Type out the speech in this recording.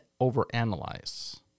overanalyze